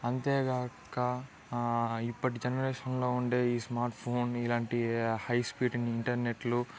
అంతేకాక ఇప్పటి జనరేషన్లో ఉండే ఈ స్మార్ట్ ఫోన్ ఇలాంటివి హై స్పీడ్ ఇంటర్నెట్లు